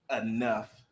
enough